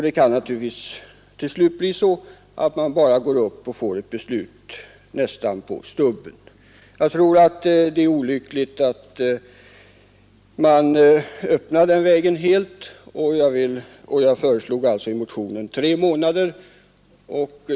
Det kan naturligtvis till slut bli så, att kontrahenterna bara går upp till domstolen och får ett beslut, nästan på stubben. Jag tycker det är olyckligt att öppna den vägen helt, och jag har därför i motionen föreslagit en betänketid av 3 månader.